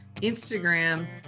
Instagram